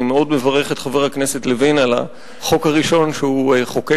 אני מאוד מברך את חבר הכנסת לוין על החוק הראשון שהוא חוקק,